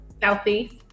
Southeast